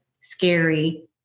scary